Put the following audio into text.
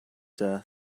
death